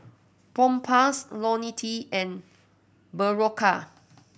Propass Ionil T and Berocca